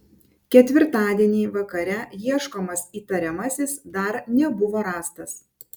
ketvirtadienį vakare ieškomas įtariamasis dar nebuvo rastas